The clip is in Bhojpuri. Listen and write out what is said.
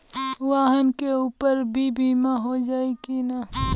वाहन के ऊपर भी बीमा हो जाई की ना?